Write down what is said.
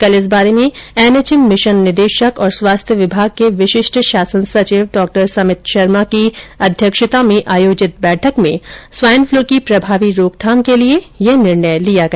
कल इस बारे में एनएचएम मिशन निदेशक और स्वास्थ्य विभाग के विशिष्ठ शासन सचिव डॉ समित शर्मा की अध्यक्षता में आयोजित बैठक में स्वाईन पलू की प्रभावी रोकथाम के लिये यह निर्णय लिया गया